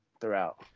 throughout